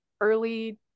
early